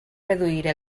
reduir